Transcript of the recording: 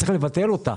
צרך לבטל אותה.